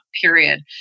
period